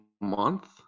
month